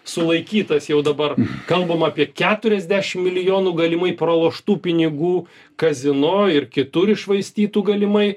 sulaikytas jau dabar kalbama apie keturiasdešimt milijonų galimai praloštų pinigų kazino ir kitur iššvaistytų galimai